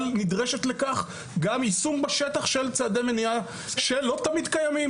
אבל נדרש גם יישום בשטח של צעדי מניעה שלא תמיד קיימים.